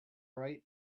right